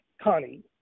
Connie